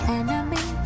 enemy